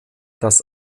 das